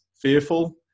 fearful